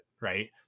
right